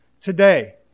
today